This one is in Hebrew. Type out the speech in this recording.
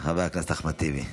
חבר הכנסת אחמד טיבי.